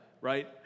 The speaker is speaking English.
right